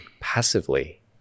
passively